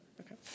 Okay